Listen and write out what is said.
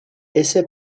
ese